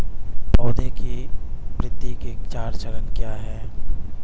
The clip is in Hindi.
पौधे की वृद्धि के चार चरण क्या हैं?